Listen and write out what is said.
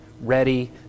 ready